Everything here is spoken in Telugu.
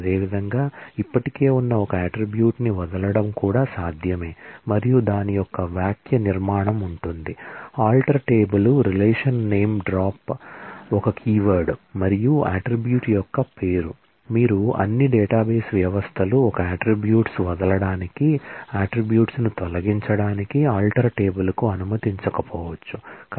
అదేవిధంగా ఇప్పటికే ఉన్న ఒక అట్ట్రిబ్యూట్ ని వదలడం కూడా సాధ్యమే మరియు దాని యొక్క వాక్యనిర్మాణం ఉంటుంది ఆల్టర్ టేబుల్ కు అనుమతించకపోవచ్చు